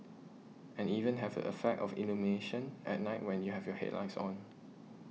and even have a effect of illumination at night when you have your headlights on